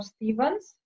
Stevens